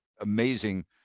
amazing